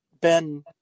Ben